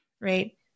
right